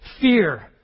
fear